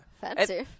Fancy